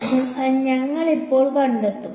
അതിനാൽ ഞങ്ങൾ ഇപ്പോൾ കണ്ടെത്തും